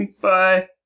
Bye